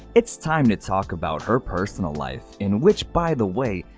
it's time to talk about her personal life, in which by the way,